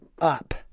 up